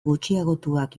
gutxiagotuak